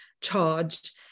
charge